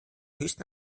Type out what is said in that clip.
höchsten